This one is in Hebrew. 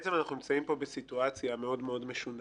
בעצם אנחנו נמצאים פה בסיטואציה מאוד-מאוד משונה